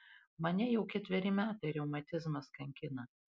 mane jau ketveri metai reumatizmas kankina